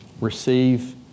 receive